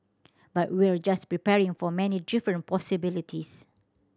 but we're just preparing for many different possibilities